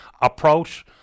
approach